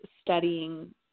studying